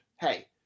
hey